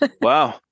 wow